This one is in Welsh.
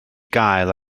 gael